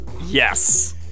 Yes